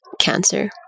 cancer